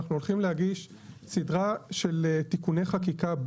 אנחנו הולכים להביא סדרה של תיקוני חקיקה,